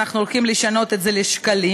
אנחנו הולכים לשנות את זה לשקלים,